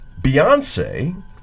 Beyonce